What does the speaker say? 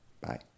Bye